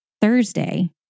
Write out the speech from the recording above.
Thursday